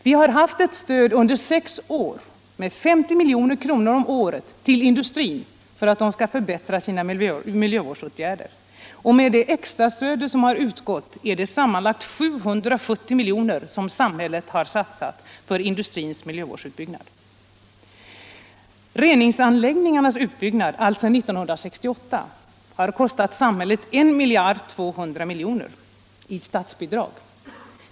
Vi har under sex år gett ett stöd med 50 milj.kr. om året till industrin för att man där skall förbättra sina miljövårdsåtgärder. Med det extra stödet som utgått är det sammanlagt 770 milj.kr. som samhället har satsat på industrins miljövårdsutbyggnad. Reningsanläggningarnas utbyggnad sedan 1968 har kostat samhället 1 200 miljoner i statsbidrag.